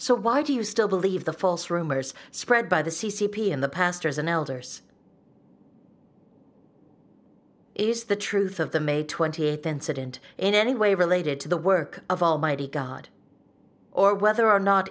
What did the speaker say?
so why do you still believe the false rumors spread by the c c p in the pastors and elders is the truth of the may twenty eighth incident in any way related to the work of almighty god or whether or not